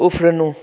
उफ्रिनु